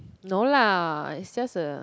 no lah is just a